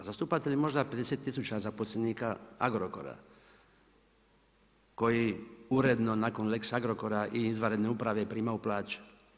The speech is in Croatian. Zastupate li možda 50 tisuća zaposlenika Agrokora koji uredno nakon Lex Agrokora i izvanredne uprave primaju plaće?